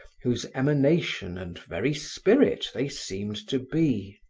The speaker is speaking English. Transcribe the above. whose emanation and very spirit they seemed to be.